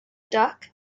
duck